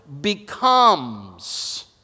becomes